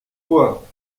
quoi